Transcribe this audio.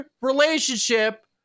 relationship